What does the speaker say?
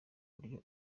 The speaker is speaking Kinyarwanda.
buryo